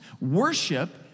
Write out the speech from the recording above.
Worship